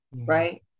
right